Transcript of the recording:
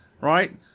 right